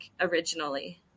originally